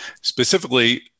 Specifically